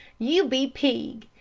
you be peeg!